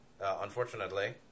Unfortunately